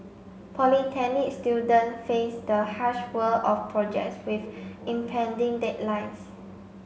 Polytechnic student face the harsh world of projects with impending deadlines